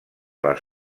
les